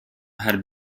had